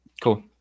cool